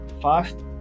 fast